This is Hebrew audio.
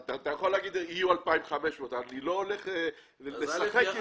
אתה יכול להגיד שיהיו 2,500. אני לא הולך לשחק עם זה.